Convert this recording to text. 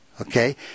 Okay